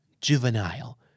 juvenile